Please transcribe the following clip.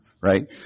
right